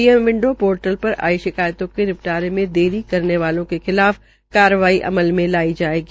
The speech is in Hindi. सीएम विंडो ोर्टल र आई शिकायतों के नि टारे में देरी करने वालों के खिलाफ कार्रवाई अमल में लाई जायेगी